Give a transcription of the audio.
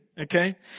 okay